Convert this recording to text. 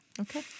Okay